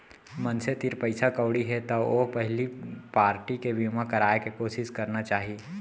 मनसे तीर पइसा कउड़ी हे त ओला पहिली पारटी के बीमा कराय के कोसिस करना चाही